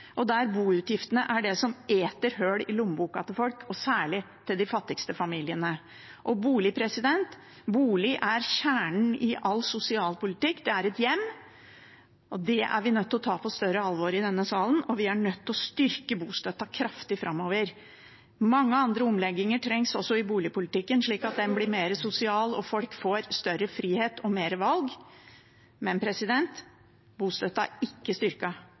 og der boutgiftene er det som eter hull i lommeboka til folk, og særlig til de fattigste familiene. Bolig er kjernen i all sosialpolitikk. Boligen er et hjem, og det er vi nødt til å ta på større alvor i denne salen. Vi er nødt til å styrke bostøtten kraftig framover. Mange andre omlegginger trengs også i boligpolitikken, slik at den blir mer sosial og folk får større frihet og flere valg. Men bostøtten er ikke